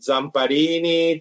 Zamparini